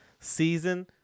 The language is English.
Season